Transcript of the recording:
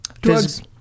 drugs